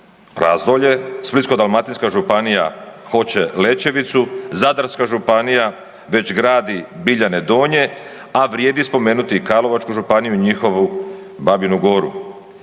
Razdolje, Splitsko-dalmatinska županija hoće Lećevicu, Zadarska županija već gradi Biljane Donje, a vrijedi spomenuti i Karlovaču županiju i njihovu Babinu Goru.